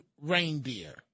reindeer